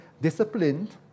disciplined